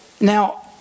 Now